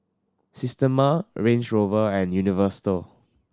Systema Range Rover and Universal